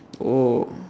oh